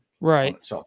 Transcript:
Right